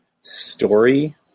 story